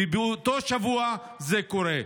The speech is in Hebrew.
ובאותו שבוע זה קורה.